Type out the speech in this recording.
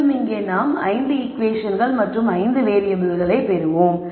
மீண்டும் இங்கே நாம் 5 ஈகுவேஷன்கள் மற்றும் 5 வேறியபிள்கள் பெறுவோம்